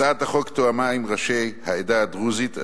הצעת החוק תואמה עם ראשי העדה הדרוזית,